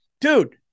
Dude